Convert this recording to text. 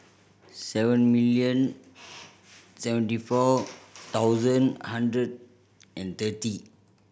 seven million seventy four thousand hundred and thirty